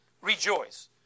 rejoice